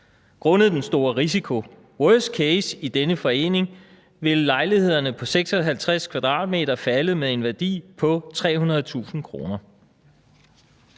Grundet den store risiko. Worst case i denne forening, vil lejlighederne på 56 m2 falde med en værdi på 300.000 kr.«?